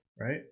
right